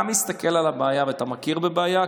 כשאתה מסתכל על הבעיה ואתה מכיר בבעיה,